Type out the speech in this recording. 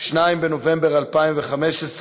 2 בנובמבר 2015,